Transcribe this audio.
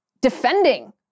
defending